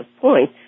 point